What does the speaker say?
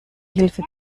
hilfe